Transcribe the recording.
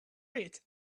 read